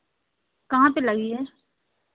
कहाँ पर लगी है